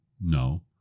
no